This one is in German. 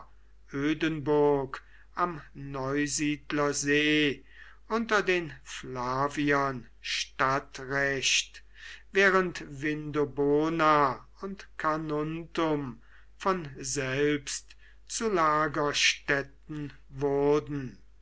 ödenburg am neusiedler see unter den flaviern stadtrecht während vindobona und carnuntum von selbst zu lagerstädten wurden